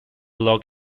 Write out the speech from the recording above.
log